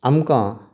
आमकां